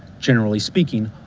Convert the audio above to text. generally speaking,